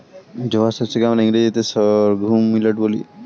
জোয়ার শস্য কে আমরা ইংরেজিতে সর্ঘুম মিলেট বলি